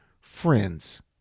friends